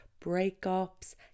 breakups